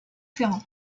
ferrand